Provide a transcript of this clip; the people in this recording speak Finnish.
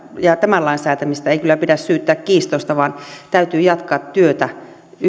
ja tämän lain säätämistä ei kyllä pidä syyttää kiistoista vaan täytyy jatkaa työtä